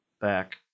back